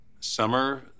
Summer